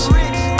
rich